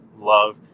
love